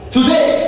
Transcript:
Today